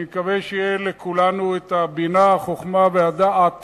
אני מקווה שיהיו לכולנו הבינה, החוכמה והדעת